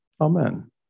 Amen